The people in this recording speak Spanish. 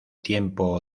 tiempo